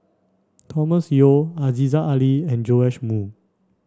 Thomas Yeo Aziza Ali and Joash Moo